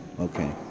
Okay